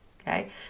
Okay